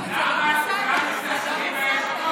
לא קראתי לך בריון.